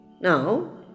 Now